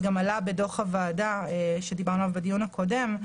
וגם עלה בדוח הוועדה שדיברנו בדיון הקודם.